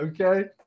okay